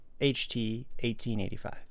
HT1885